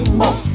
more